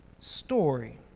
story